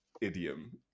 idiom